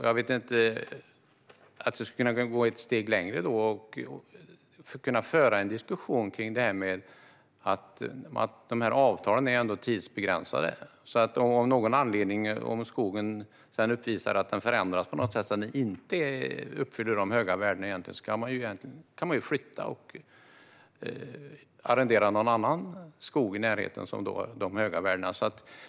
Jag vill kunna gå ett steg längre och föra en diskussion om avtalen, som är tidsbegränsade. Om skogen av någon anledning uppvisar att den förändras, så att den inte uppfyller de höga värdena, kan man egentligen flytta och arrendera någon annan skog i närheten som når de höga värdena.